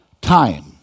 time